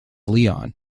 leon